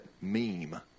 meme